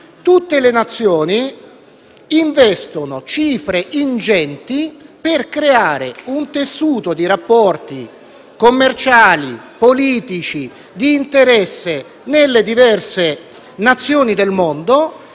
Tutte le Nazioni investono cifre ingenti per creare un tessuto di rapporti commerciali e politici d'interesse nei diversi Paesi del mondo,